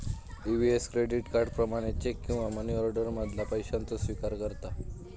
EVS credit card, प्रमाणित cheque किंवा money order मधना पैशाचो स्विकार करता